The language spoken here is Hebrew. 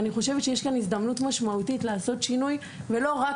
אני חושבת שיש הזדמנות משמעותית לעשות שינוי ולא רק